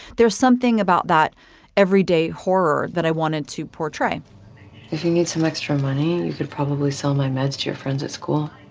there's something about that everyday horror that i wanted to portray if you need some extra money, you could probably sell my meds to your friends at school